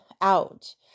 out